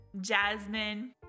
Jasmine